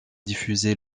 diffusé